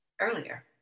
earlier